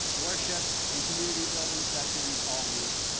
worship and community building sessions all week.